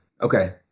Okay